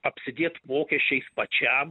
apsidėt mokesčiais pačiam